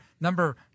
number